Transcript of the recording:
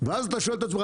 ואז אתה שואל את עצמך,